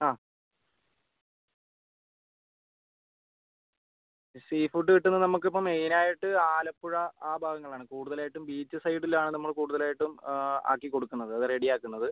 ആ sea food കിട്ടുന്നത് നമുക്ക് ഇപ്പോൾ മെയിനായിട്ട് ആലപ്പുഴ ആ ഭാഗങ്ങളാണ് കൂടുതലായിട്ടും ബീച്ച് സൈഡിലാണ് നമ്മൾ കൂടുതലായിട്ടും ആക്കി കൊടുക്കുന്നത് അത് റെഡി ആക്കുന്നത്